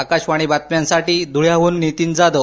आकाशवाणी बातम्यांसाठी धुळ्याहून नितीन जाधव